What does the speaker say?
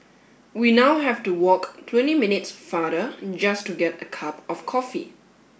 we now have to walk twenty minutes farther just to get a cup of coffee